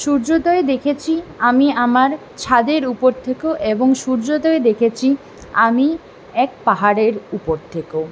সূর্যোদয় দেখেছি আমি আমার ছাদের উপর থেকেও এবং সূর্যোদয় দেখেছি আমি এক পাহাড়ের উপর থেকেও